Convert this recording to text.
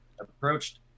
approached